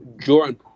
Jordan